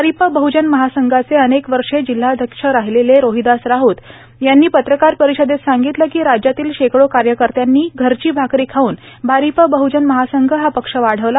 आरिप बहजन महासंघाचे अनेक वर्षे जिल्हाध्यक्ष राहिलेले रोहिदास राऊत यांनी पत्रकार परिषदेत सांगितल की राज्यातील शेकडो कार्यकर्त्यांनी घरची भाकरी खाऊन भारिप बहजन महासंघ हा पक्ष वाढविला